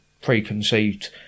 preconceived